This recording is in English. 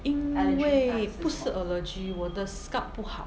因为不是 allergy 我的 scalp 不好